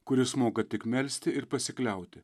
kuris moka tik melsti ir pasikliauti